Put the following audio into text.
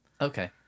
Okay